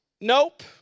nope